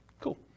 Cool